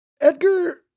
Edgar